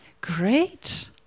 Great